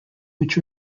which